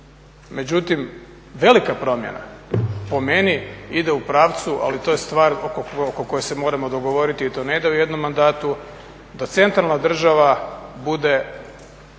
Međutim, velika promjena po meni ide u pravcu ali to je stvar oko koje se moramo dogovoriti i to ne ide u jednom mandatu, da centralna država bude